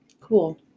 Cool